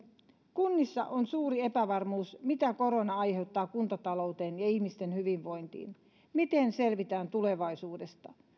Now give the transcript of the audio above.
kunnissa on suuri epävarmuus siitä mitä korona aiheuttaa kuntatalouteen ja ihmisten hyvinvointiin miten selvitään tulevaisuudesta